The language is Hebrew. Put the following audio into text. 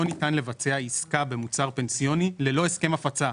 ניתן לבצע עסקה במוצר פנסיוני ללא הסכם הפצה.